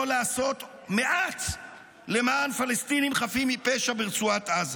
לעשות מעט למען פלסטינים חפים מפשע ברצועת עזה,